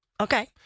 Okay